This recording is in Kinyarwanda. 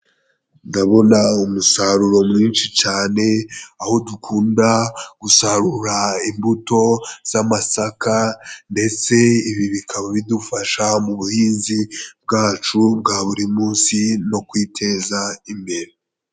Ndabona umusaruro mwinshi cyane, aho dukunda gusarura imbuto z'amasaka ndetse ibi bikaba bidufasha mu buhinzi bwacu bwa buri munsi no kwiteza imbere.